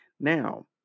Now